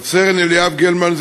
רב-סרן אליאב גלמן,